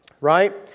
Right